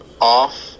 off